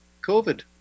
COVID